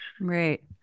right